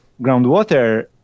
groundwater